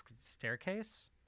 staircase